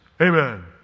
Amen